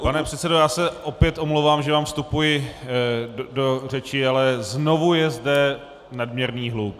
Pane předsedo, já se opět omlouvám, že vám vstupuji do řeči, ale znovu je zde nadměrný hluk.